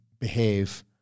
behave